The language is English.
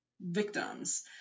victims